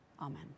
Amen